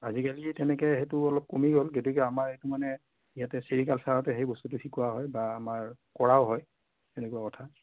আজিকালি তেনেকৈ সেইটো অলপ কমি গ'ল গতিকে আমাৰ ইয়াত মানে ইয়াতে চেৰিকালচাৰতে সেই বস্তুটো শিকোৱা হয় বা আমাৰ কৰাও হয় সেনেকুৱা কথা